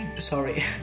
Sorry